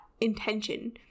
intention